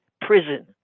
prison